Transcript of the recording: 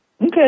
Okay